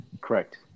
Correct